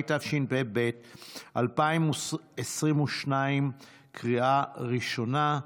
7), התשפ"ב 2022, לקריאה ראשונה.